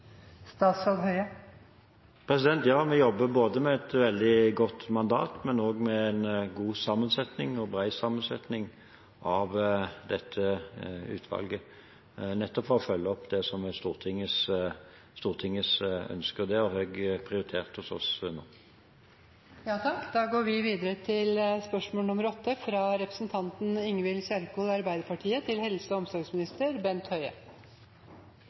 Ja, vi jobber med et veldig godt mandat, men også med en god og bred sammensetning av dette utvalget nettopp for å følge opp det som er Stortingets ønske, og det har jeg prioritert hos oss nå. «Brukerstyrt personlig assistanse er et viktig tilbud for å sikre likeverd, likestilling og samfunnsdeltakelse for personer med nedsatt funksjonsevne og stort behov for bistand. BPA betyr mye for muligheten til yrkesdeltakelse, utdanning og